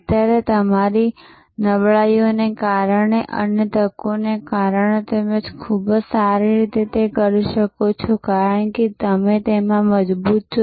અત્યારે તમારી નબળાઈઓને કારણે અને તકોને કારણે તમે ખૂબ સારી રીતે તે કરી શકો છો કારણ કે તમે તેમાં મજબૂત છો